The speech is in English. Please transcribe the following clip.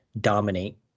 dominate